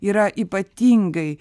yra ypatingai